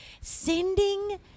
sending